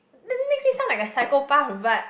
then makes me sound like a psychopath but